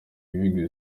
ibibi